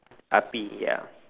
api ya